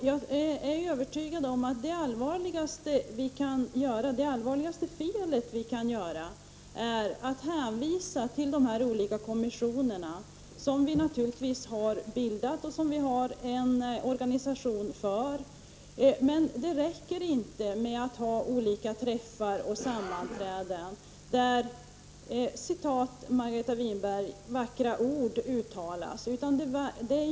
Jag är övertygad om att det allvarligaste felet vi kan göra är att hänvisa till de olika kommissionerna, vilka vi naturligtvis har bildat och har en organisation för. Men det räcker inte med att ha olika möten och sammanträden där ”vackra ord” uttalas — Margareta Winberg.